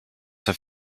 have